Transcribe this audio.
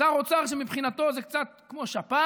שר אוצר שמבחינתו זה קצת כמו שפעת,